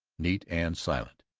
neat and silent.